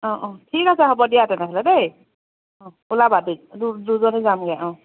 অ অ ঠিক আছে হ'ব দিয়া তেনেহ'লে দেই অ ওলাবা দুইজনী যামগৈ অ